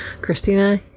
Christina